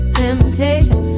temptation